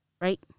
Right